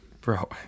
Bro